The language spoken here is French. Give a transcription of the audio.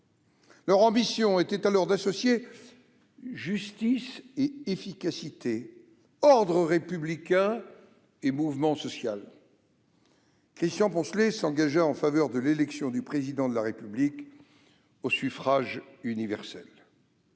Leur ambition était alors d'associer justice et efficacité, ordre républicain et mouvement social. Christian Poncelet s'engagea en faveur de l'élection du Président de la République au suffrage universel.